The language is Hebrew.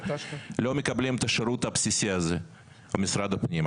לא מקבלים את השירות הבסיסי הזה במשרד הפנים.